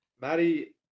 Maddie